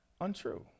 untrue